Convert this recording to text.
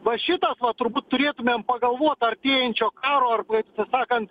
va šitas vat turbūt turėtumėm pagalvot artėjančio karo arba išsisakant